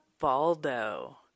Baldo